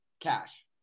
Cash